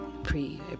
pre